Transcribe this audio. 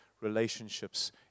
relationships